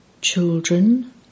Children